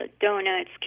donuts